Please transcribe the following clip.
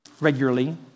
regularly